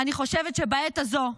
אני חושבת שבעת הזו,